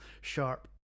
Sharp